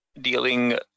Dealing